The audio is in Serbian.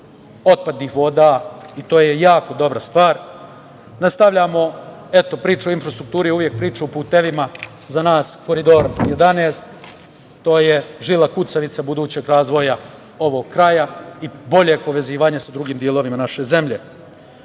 otpadnih voda i to je jako dobra stvar. Nastavljamo, eto, priča o infrastrukturi je uvek priča o putevima, za nas je Koridor 11 žila kucavica budućeg razvoja ovog kraja i boljeg povezivanja sa drugim delovima naše